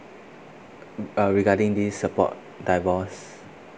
uh regarding this support divorce